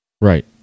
Right